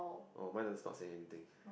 oh mine doesn't stop saying anything